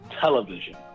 Television